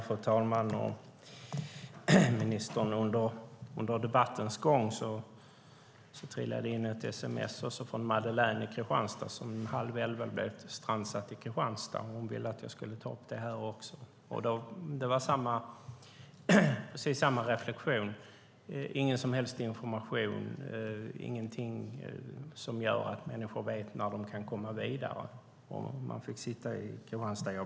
Fru talman! Ministern! Under debattens gång har det trillat in ett sms från Madelein i Kristianstad, som halv elva blev strandsatt i Kristianstad. Hon ville att jag skulle ta upp det här. Det var precis samma reflexion. Det var ingen som helst information. Det var ingenting som gjorde att människor kunde veta när de skulle kunna komma vidare. Jag vet inte hur länge man fick sitta i Kristianstad.